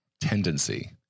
tendency